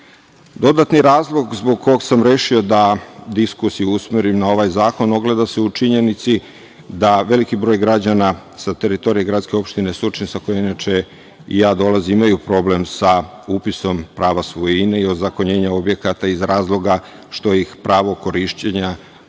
razlog zbog kog sam rešio da diskusiju usmerim na ovaj zakon ogleda se u činjenici da veliki broj građana sa teritorije gradske opštine Surčin sa koje i ja dolazim imaju problem sa upisom prava svojine i ozakonjenja objekata iz razloga što ih pravo korišćenja